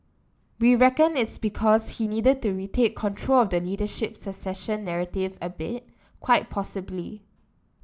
we reckon it's because he needed to retake control of the leadership succession narrative a bit quite possibly